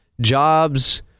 Jobs